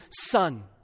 son